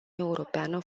europeană